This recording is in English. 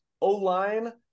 O-line